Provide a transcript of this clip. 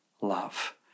love